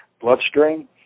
bloodstream